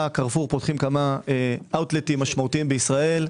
קרפור פותחים כמה אאוטלטים משמעותיים בישראל.